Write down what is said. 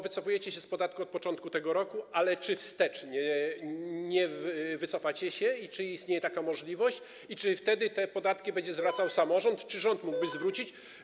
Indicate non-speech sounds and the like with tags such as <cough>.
Wycofujecie się z podatku od początku tego roku, ale czy wstecz nie wycofacie się, czy istnieje taka możliwość i czy wtedy te podatki będzie zwracał <noise> samorząd, czy rząd mógłby zwrócić?